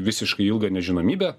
visiškai ilgą nežinomybę